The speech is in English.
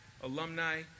alumni